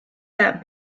that